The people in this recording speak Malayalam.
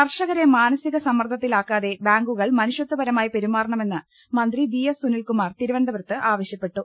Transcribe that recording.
കർഷകരെ മാനസിക സമ്മർദ്ദത്തിലാക്കാതെ ബാങ്കുകൾ മനു ഷ്യത്ഥപരമായി പെരുമാറണമെന്ന് മന്ത്രി പി എസ് സുനിൽകു മാർ തിരുവനന്തപുരത്ത് ആവശ്യപ്പെട്ടു